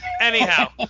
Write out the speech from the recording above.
Anyhow